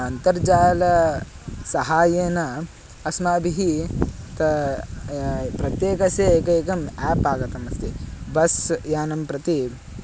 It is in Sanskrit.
अन्तर्जालसहाय्येन अस्माभिः ता प्रत्येकस्य एकैकम् आप् आगतमस्ति बस्यानं प्रति